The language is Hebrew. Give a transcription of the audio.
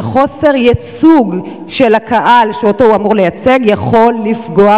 את חוסר הייצוג של הקהל שאותו הוא אמור לייצג,